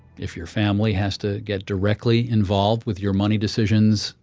if your family has to get directly involved with your money decisions,